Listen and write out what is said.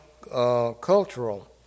cultural